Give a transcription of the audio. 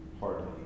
Hardly